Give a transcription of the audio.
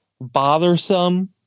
bothersome